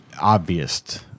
obvious